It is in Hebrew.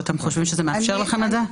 אתם חושבים שהסעיף מאפשר לכם את זה?